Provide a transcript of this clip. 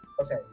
Okay